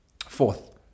fourth